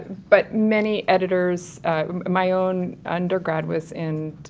but many editors, ah, my own undergrad was in d-uh,